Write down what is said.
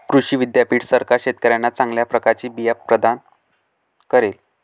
कृषी विद्यापीठ सरकार शेतकऱ्यांना चांगल्या प्रकारचे बिया प्रदान करेल